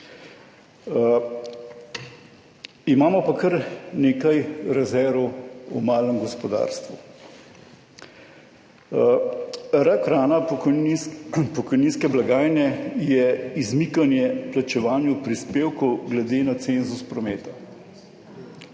Imamo pa kar nekaj rezerv v malem gospodarstvu. Rak rana pokojninske blagajne je izmikanje plačevanju prispevkov glede na cenzus prometa.